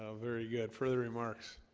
ah very good further remarks